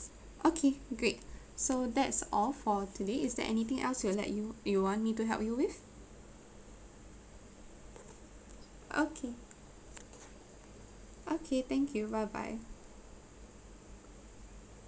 okay great so that's all for today is there anything else will let you you want me to help you with okay okay thank you bye bye